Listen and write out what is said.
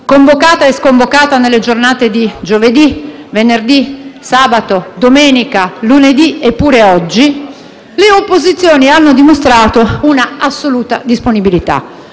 convocata e sconvocata nelle giornate di giovedì, venerdì, sabato, domenica, lunedì e anche oggi. Le opposizioni hanno dimostrato una assoluta disponibilità.